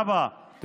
תודה רבה.